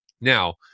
now